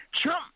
Trump